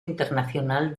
internacional